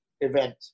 event